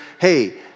hey